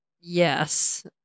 Yes